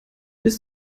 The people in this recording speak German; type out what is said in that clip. bis